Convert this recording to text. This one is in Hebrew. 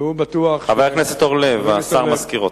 חבר הכנסת אורלב, השר מזכיר אותך.